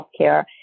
healthcare